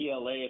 PLA